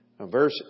Verse